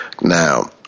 now